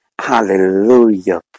Hallelujah